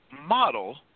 model